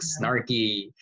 snarky